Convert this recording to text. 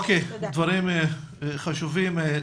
דברים חשובים.